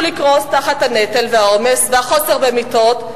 לקרוס תחת הנטל והעומס והחוסר במיטות,